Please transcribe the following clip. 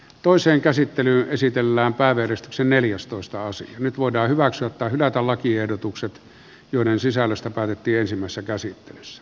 toiseen käsittelyyn esitellään päivitys on neljästoista osa nyt voidaan hyväksyä tai hylätä lakiehdotukset joiden sisällöstä päätettiinsemmassa käsittelyssä